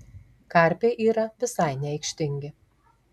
karpiai yra visai neaikštingi